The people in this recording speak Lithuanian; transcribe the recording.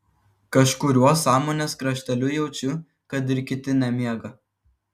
kažkuriuo sąmonės krašteliu jaučiu kad ir kiti nemiega